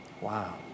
Wow